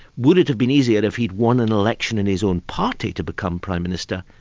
would it have been easier if he'd won an election in his own party to become prime minister?